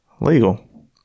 Legal